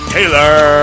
Taylor